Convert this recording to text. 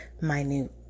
minute